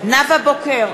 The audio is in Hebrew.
נאוה בוקר,